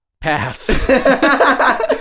Pass